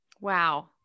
Wow